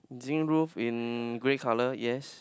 zinc roof in grey colour yes